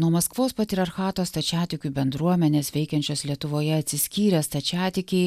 nuo maskvos patriarchato stačiatikių bendruomenės veikiančios lietuvoje atsiskyrę stačiatikiai